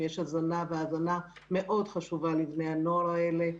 כשההזנה הזאת מאוד חשובה לבני הנוער האלה,